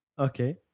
okay